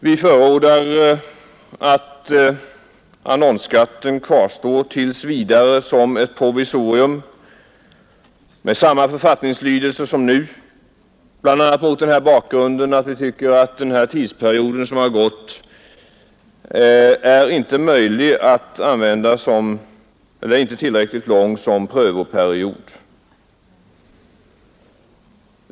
Vi förordar att annonsskatten tills vidare kvarstår som ett provisorium med samma författningslydelse som nu, och det gör vi bl.a. mot bakgrund av att vi anser att den tid som förflutit inte är tillräckligt lång och representativ som prövoperiod.